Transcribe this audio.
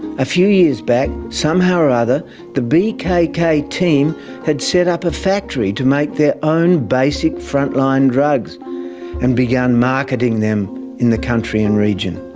a few years back, somehow or other the bkk team had set up a factory to make their own basic frontline drugs and begun marketing them in the country and region.